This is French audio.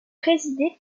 présidée